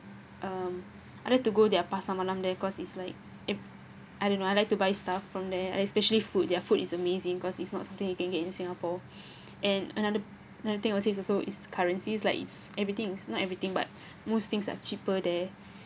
um I like to go their pasar malam there cause it's like I don't know I like to buy stuff from there especially food their food is amazing cause it's not something you can get in singapore and another another thing I will say is also is currency it's like it's everything is not everything but most things are cheaper there